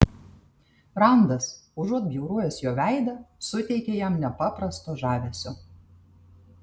randas užuot bjaurojęs jo veidą suteikė jam nepaprasto žavesio